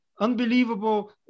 unbelievable